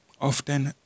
often